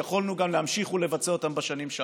ויכולנו להמשיך ולבצע אותה גם בשנים שאחרי.